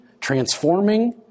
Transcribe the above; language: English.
transforming